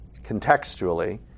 contextually